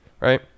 right